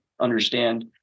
understand